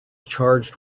charged